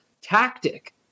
tactic